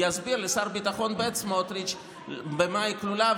יסביר לשר הביטחון ב' סמוטריץ' מה כלול בה,